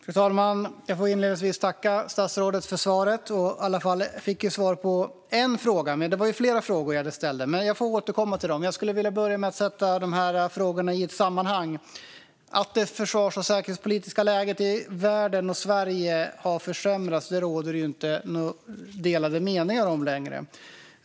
Fru talman! Jag får inledningsvis tacka statsrådet för svaret. Jag fick i alla fall svar på en fråga, men det var ju flera frågor jag ställde. Jag får återkomma till dem. Jag skulle vilja börja med att sätta de här frågorna i ett sammanhang. Att det försvars och säkerhetspolitiska läget i världen och Sverige har försämrats råder det inte några delade meningar om längre.